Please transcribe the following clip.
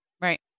Right